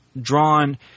drawn –